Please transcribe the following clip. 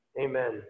amen